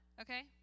Okay